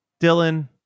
dylan